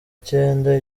cyenda